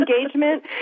engagement